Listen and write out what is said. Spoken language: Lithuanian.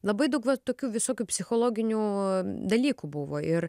labai daug va tokių visokių psichologinių dalykų buvo ir